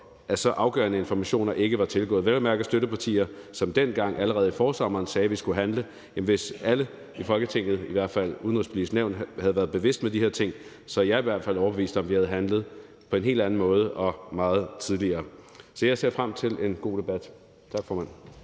at så afgørende informationer ikke var tilgået? Det er vel at mærke støttepartier, som allerede dengang i forsommeren sagde, at vi skulle handle. Hvis alle i Folketinget, i hvert fald Det Udenrigspolitiske Nævn, havde været bekendt med de her ting, så er jeg i hvert fald overbevist om, at vi havde handlet på en helt anden måde og meget tidligere. Så jeg ser frem til en god debat. Tak, formand.